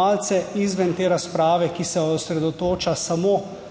malce izven te razprave, ki se osredotoča samo